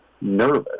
nervous